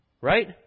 Right